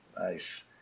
Nice